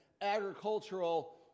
agricultural